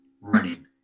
running